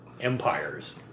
empires